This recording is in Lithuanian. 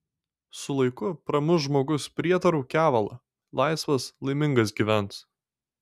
su laiku pramuš žmogus prietarų kevalą laisvas laimingas gyvens